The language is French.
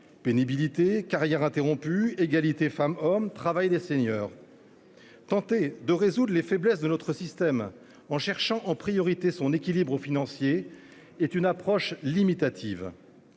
pénibilité, carrières interrompues, égalité femmes-hommes, travail des seniors. Tenter de résoudre les faiblesses de notre système en cherchant en priorité son équilibre financier est une approche limitative.